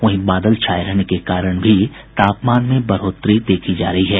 वहीं बादल छाये रहने के कारण भी तापमान में बढ़ोतरी देखी जा रही है